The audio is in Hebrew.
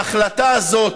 ההחלטה הזאת,